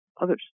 others